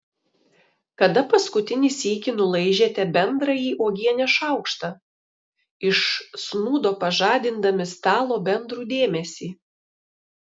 kada paskutinį sykį nulaižėte bendrąjį uogienės šaukštą iš snūdo pažadindami stalo bendrų dėmesį